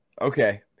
Okay